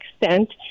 extent